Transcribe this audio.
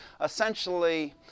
essentially